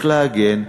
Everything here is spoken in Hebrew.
איך להגן,